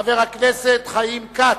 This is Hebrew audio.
חבר הכנסת חיים כץ,